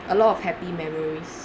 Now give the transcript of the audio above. a lot of happy memories